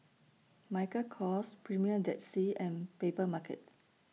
Michael Kors Premier Dead Sea and Papermarket